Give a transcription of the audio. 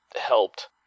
helped